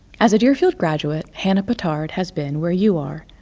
as a deerfield graduate, hannah pittard has been where you are.